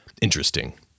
interesting